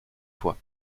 fois